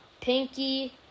Pinky